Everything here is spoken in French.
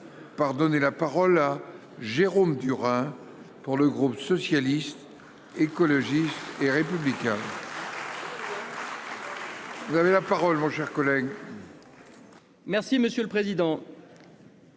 par donner la parole à Jérôme Durain pour le groupe socialiste, écologiste et républicain. Vous avez la parole, mon cher collègue.